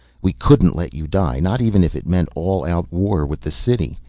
we couldn't let you die, not even if it meant all-out war with the city.